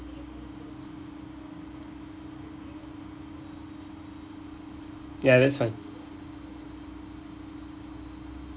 ya that's fine